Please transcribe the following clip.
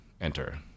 enter